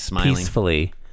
peacefully